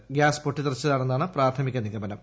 fire gas പൊട്ടിതെറിച്ചതാണെന്നാണ് പ്രാഥമിക നിഗമനം